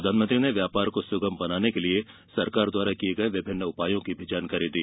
प्रधानमंत्री ने व्यापार को सुगम बनाने के लिए सरकार द्वारा किए गए विभिन्न उपायों की भी जानकारी दी